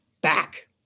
back